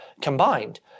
combined